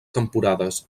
temporades